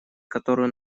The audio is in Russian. которую